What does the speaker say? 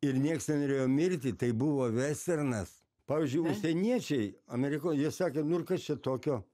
ir nieks nenorėjo mirti tai buvo vesternas pavyzdžiui užsieniečiai amerikoj jie sakė nu ir kas čia tokio